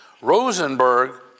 Rosenberg